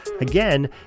again